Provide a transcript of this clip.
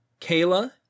Kayla